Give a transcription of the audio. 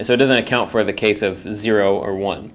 it so doesn't account for the case of zero or one.